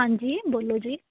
ਹਾਂਜੀ ਬੋਲੋ ਜੀ